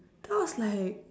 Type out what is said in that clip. then I was like